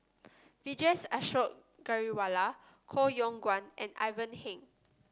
Vijesh Ashok Ghariwala Koh Yong Guan and Ivan Heng